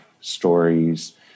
stories